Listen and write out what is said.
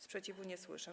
Sprzeciwu nie słyszę.